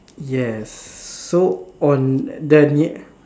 yes so on the near